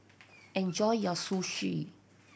enjoy your Zosui